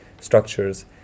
structures